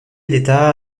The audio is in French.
d’état